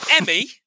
Emmy